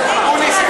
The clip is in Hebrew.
אקוניס,